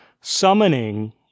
summoning